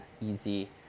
easy